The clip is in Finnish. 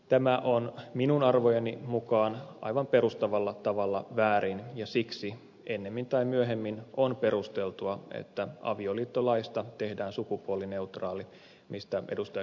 tämä on minun arvojeni mukaan aivan perustavalla tavalla väärin ja siksi ennemmin tai myöhemmin on perusteltua että avioliittolaista tehdään sukupuolineutraali mistä ed